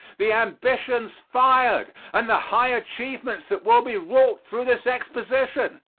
the ambitions fired and the high achievements that will be wrought through this exposition?